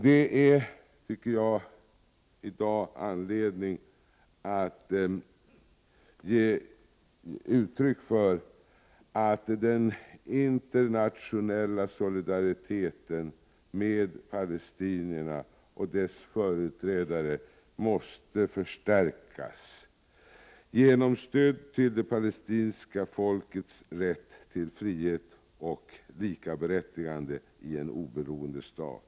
Det finns i dag anledning att ge uttryck för att den internationella solidariteten med palestinierna och dess företrädare måste förstärkas genom stöd till det palestinska folkets rätt till frihet och likaberättigande i en oberoende stat.